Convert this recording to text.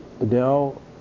Adele